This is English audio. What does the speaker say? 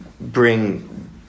bring